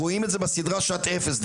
רואים את זה בסדרה "שעת אפס".